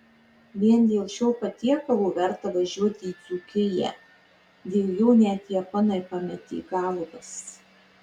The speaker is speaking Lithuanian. vien dėl šio patiekalo verta važiuoti į dzūkiją dėl jo net japonai pametė galvas